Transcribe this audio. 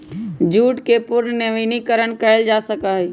jute के पुनर्नवीनीकरण कइल जा सका हई